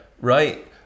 Right